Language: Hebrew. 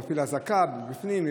מפעיל אזעקה מבפנים,